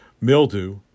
Mildew